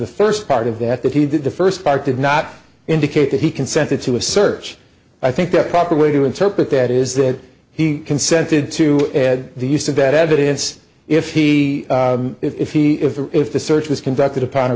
the first part of that that he did the first part did not indicate that he consented to a search i think the proper way to interpret that is that he consented to the use of that evidence if he if he if if the search was conducted upon a